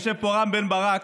יושב פה רם בן ברק,